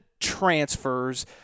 transfers